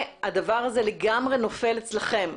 והדבר הזה לגמרי נופל אצלכם.